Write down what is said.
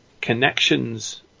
connections